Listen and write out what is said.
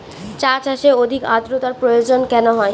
চা চাষে অধিক আদ্রর্তার প্রয়োজন কেন হয়?